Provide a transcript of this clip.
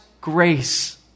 grace